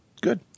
good